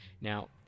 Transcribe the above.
now